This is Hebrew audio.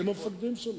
הם המפקדים שלהם.